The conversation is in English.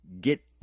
get